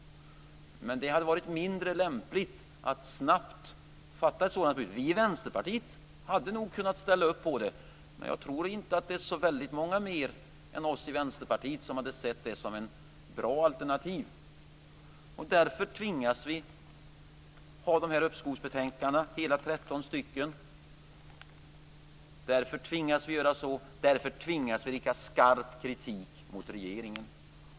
Men det hade varit mindre lämpligt att snabbt fatta ett sådant beslut. Vi i Vänsterpartiet hade nog kunnat ställa upp på det, men jag tror inte att det är så väldigt många fler än vi i Vänsterpartiet som hade sett det som ett bra alternativ. Därför tvingas vi ha dessa uppskovsbetänkande - hela 13 stycken. Därför tvingas vi rikta skarp kritik mot regeringen.